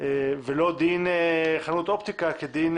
ולא דין חנות אופטיקה כדין